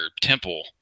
temple